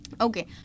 Okay